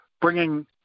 bringing